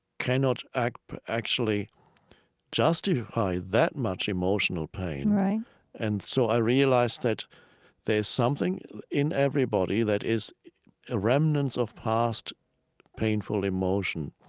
cannot actually actually justify that much emotional pain? right and so i realized that there's something in everybody that is a remnant of past painful emotion.